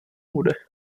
bude